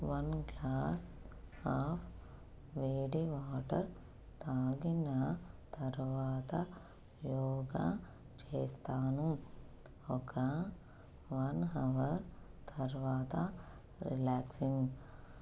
one glass of వేడి water తాగిన తరువాత యోగా చేస్తాను ఒక వన్ అవర్ తరువాత రిలాక్సింగ్